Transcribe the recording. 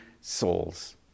souls